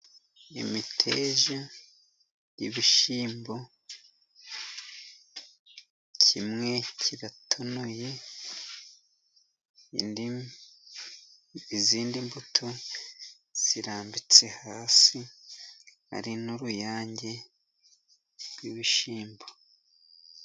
Imiteja y'ibishyimbo, kimwe kiratonoye, izindi mbuto zirambitse hasi, ari n'uruyange rw'ibishyimbo.